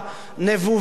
נבובה,